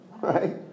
Right